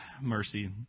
mercy